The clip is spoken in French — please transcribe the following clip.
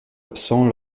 absents